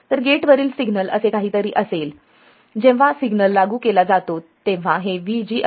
तर गेटवरील सिग्नल असे काहीतरी असेल जेव्हा सिग्नल लागू केला जातो तेव्हा हे VG असते